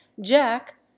Jack